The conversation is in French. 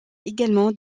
également